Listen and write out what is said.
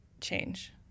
change